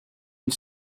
une